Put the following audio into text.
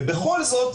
ובכל זאת,